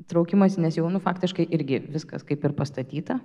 traukimąsi nes jau nu faktiškai irgi viskas kaip ir pastatyta